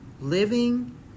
Living